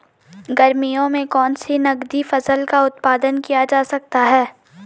गर्मियों में कौन सी नगदी फसल का उत्पादन किया जा सकता है?